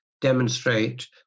demonstrate